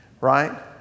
Right